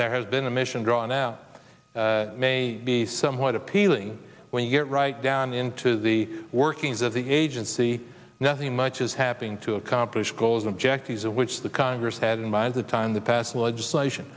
there has been a mission draw now may be somewhat appealing when you get right down into the workings of the agency nothing much is happening to accomplish goals objectives which the congress had in mind the time the passed legislation